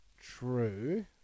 true